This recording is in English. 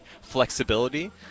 flexibility